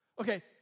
Okay